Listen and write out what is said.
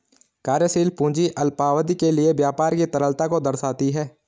कार्यशील पूंजी अल्पावधि के लिए व्यापार की तरलता को दर्शाती है